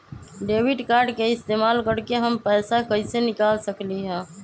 Debit card के इस्तेमाल करके हम पैईसा कईसे निकाल सकलि ह?